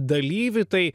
dalyvį tai